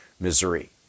misery